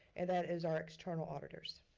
and that is our external auditors.